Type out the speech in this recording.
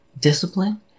discipline